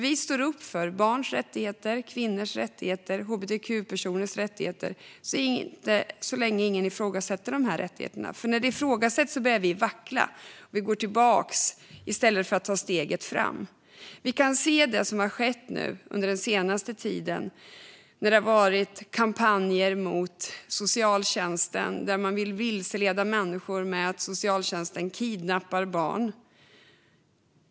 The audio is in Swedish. Vi står upp för barns, kvinnors och hbtq-personers rättigheter så länge ingen ifrågasätter dessa rättigheter. Men när de ifrågasätts börjar vi vackla och backar i stället för att ta ett steg fram. Sedan en tid drivs det kampanjer mot socialtjänsten där man för att vilseleda människor säger att socialtjänsten kidnappar barn.